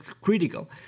critical